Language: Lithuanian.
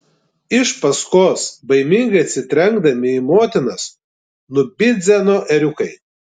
iš paskos baimingai atsitrenkdami į motinas nubidzeno ėriukai